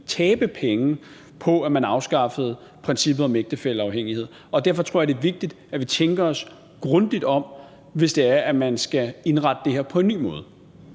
tabe penge på at man afskaffede princippet om ægtefælleafhængighed. Derfor tror jeg, det er vigtigt, at vi tænker os grundigt om, hvis det er, at man skal indrette det her på en ny måde.